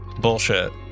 bullshit